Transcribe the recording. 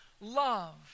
love